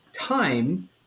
time